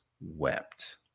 wept